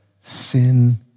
sin